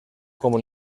como